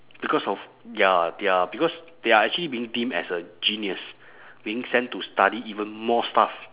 because of their their because they are actually being deemed as a genius being sent to study even more stuff